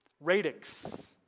Radix